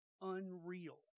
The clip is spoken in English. unreal